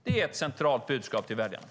Det är ett centralt budskap till väljarna.